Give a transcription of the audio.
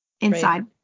Inside